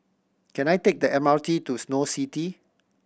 can I take the M R T to Snow City